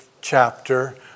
chapter